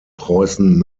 preußen